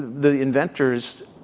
the the inventors,